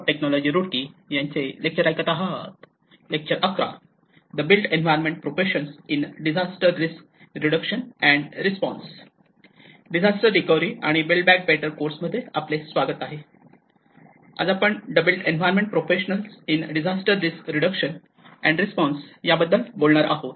आज आपण the built environment professions in disaster risk reduction and response या बद्दल बोलणार आहोत